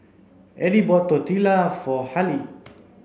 Eddy bought Tortilla for Haleigh